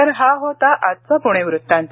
तर हा होता आजचा पुणे वृत्तांत